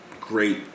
great